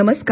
नमस्कार